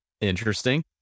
Interesting